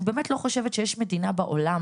אני באמת לא חושבת שיש מדינה בעולם